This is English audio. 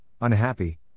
unhappy